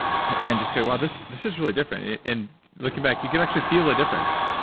and just go, wow, this this is really different. and looking back, you can actually feel a difference.